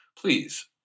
please